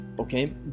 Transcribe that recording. Okay